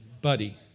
Buddy